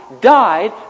died